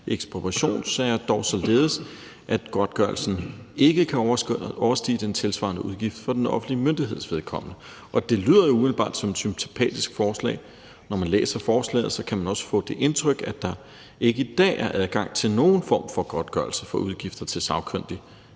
ekspropriationssager – dog således at godtgørelsen ikke kan overstige den tilsvarende udgift for den offentlige myndigheds vedkommende. Og det lyder jo umiddelbart som et sympatisk forslag, og når man læser forslaget, kan man også få det indtryk, at der ikke i dag er adgang til nogen form for godtgørelse for udgifter til sagkyndig